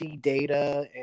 data